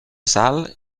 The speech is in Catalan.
sal